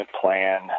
Plan